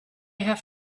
have